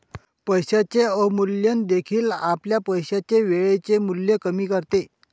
पैशाचे अवमूल्यन देखील आपल्या पैशाचे वेळेचे मूल्य कमी करते